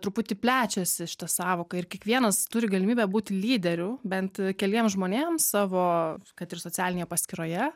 truputį plečiasi šita sąvoka ir kiekvienas turi galimybę būti lyderiu bent keliem žmonėms savo kad ir socialinėje paskyroje